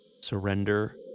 Surrender